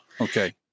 okay